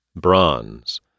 Bronze